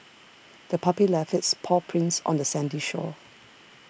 the puppy left its paw prints on the sandy shore